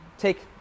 take